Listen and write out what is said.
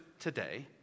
today